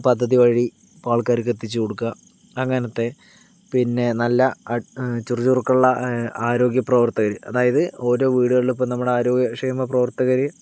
പദ്ധതി വഴി ഇപ്പൊൾ ആൾക്കാർക്ക് എത്തിച്ചുകൊടുക്കുക അങ്ങനത്തെ പിന്നെ നല്ല ചുറുചുറുക്കുള്ള ആരോഗ്യപ്രവർത്തകര് അതായത് ഓരോ വീടുകളിലും ഇപ്പൊൾ ആരോഗ്യക്ഷേമ പ്രവർത്തകർ